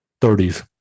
30s